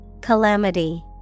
Calamity